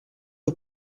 che